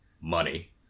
money